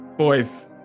boys